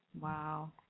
Wow